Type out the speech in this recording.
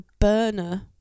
Burner